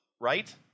right